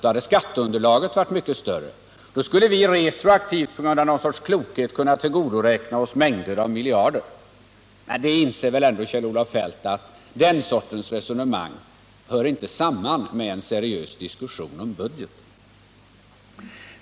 Då hade skatteunderlaget varit mycket större. Då skulle vi retroaktivt på grund av någon sorts klokhet kunna tillgodoräkna oss mängder av miljarder. Men Kjell-Olof Feldt inser väl att ett sådant resonemang inte hör samman med en seriös diskussion om budgeten.